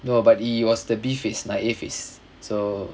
no but he was the B phase நா:naa A phase